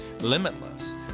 limitless